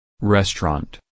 Restaurant